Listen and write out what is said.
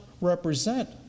represent